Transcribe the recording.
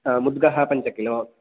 मुद्गः पञ्च किलो